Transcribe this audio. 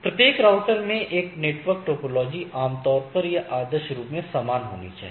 प्रत्येक राउटर में network topology आमतौर पर या आदर्श रूप से समान होनी चाहिए